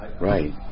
Right